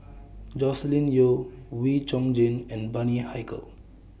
Joscelin Yeo Wee Chong Jin and Bani Haykal